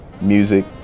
music